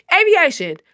aviation